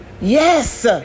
Yes